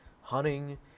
hunting